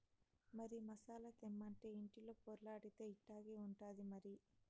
మరి మసాలా తెమ్మంటే ఇంటిలో పొర్లాడితే ఇట్టాగే ఉంటాది మరి